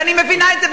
ואני מבינה את זה,